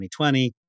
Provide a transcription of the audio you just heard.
2020